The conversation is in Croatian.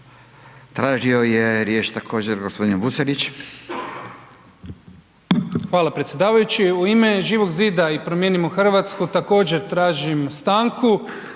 Tražio je riječ također gospodin Vucelić.